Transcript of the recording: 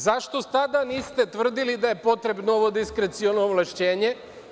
Zašto tada niste tvrdili da je potrebno ovo diskreciono ovlašćenje?